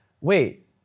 wait